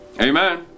Amen